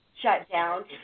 shutdown